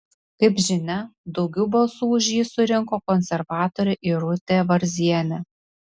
kaip žinia daugiau balsų už jį surinko konservatorė irutė varzienė